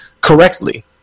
correctly